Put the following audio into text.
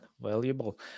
Valuable